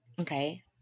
Okay